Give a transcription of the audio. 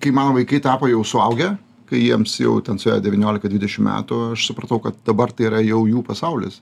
kai mano vaikai tapo jau suaugę kai jiems jau ten suėjo devyniolika dvidešim metų aš supratau kad dabar tai yra jau jų pasaulis